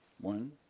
one